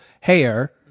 hair